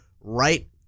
right